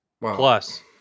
Plus